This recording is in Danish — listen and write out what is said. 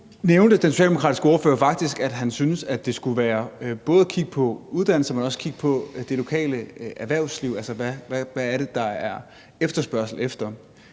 nævnte den socialdemokratiske ordfører faktisk, at han syntes, at man både skulle kigge på uddannelser, men også på det lokale erhvervsliv. Altså, hvad er det, der er efterspørgsel på,